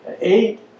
Eight